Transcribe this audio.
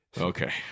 Okay